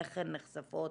איך הן נחשפות